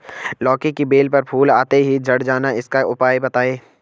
लौकी की बेल पर फूल आते ही झड़ जाना इसका उपाय बताएं?